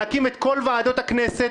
להקים את כל ועדות הכנסת,